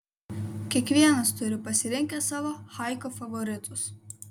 kiekvienas turi pasirinkęs savo haiku favoritus